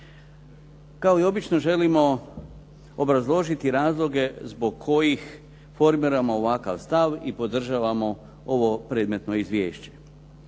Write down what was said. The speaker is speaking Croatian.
Kao i obično želimo obrazložiti razloge zbog kojih formiramo ovakav stav i podržavamo ovo predmetno izvješće.